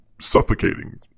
suffocating